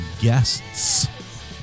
guests